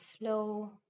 flow